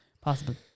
Possible